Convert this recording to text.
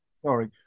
Sorry